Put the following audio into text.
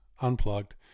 unplugged